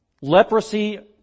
Leprosy